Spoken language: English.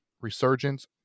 resurgence